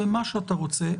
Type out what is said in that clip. אתה יכול להמשיך במה שאתה רוצה,